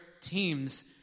teams